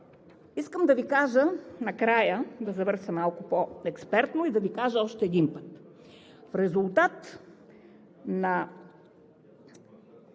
Искам да Ви кажа накрая, да завърша малко по-експертно, и да Ви кажа още един път. В резултат на